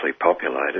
populated